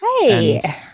Hey